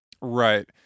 right